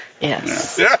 Yes